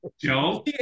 Joe